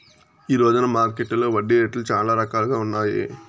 ఈ రోజున మార్కెట్టులో వడ్డీ రేట్లు చాలా రకాలుగా ఉన్నాయి